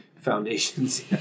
foundations